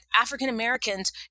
African-Americans